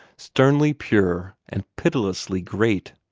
sternly pure and pitilessly great.